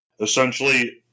essentially